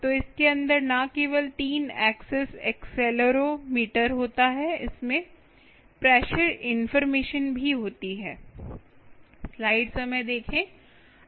तो इसके अंदर न केवल 3 एक्सिस एक्सेलेरोमीटर होता है इसमें प्रेशर इनफार्मेशन भी होती है